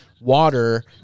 water